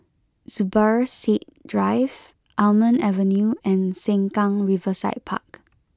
Zubir Said Drive Almond Avenue and Sengkang Riverside Park